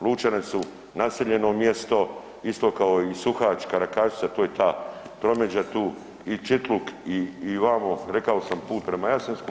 Lučane su naseljeno mjesto isto kao i Suhač, i Karakašica, to je ta tromeđa tu i Čitluk i, i vamo, rekao sam put prema Jasenskom.